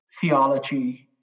theology